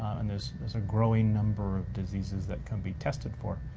and there's there's a growing number of diseases that can be tested for.